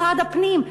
משרד הפנים.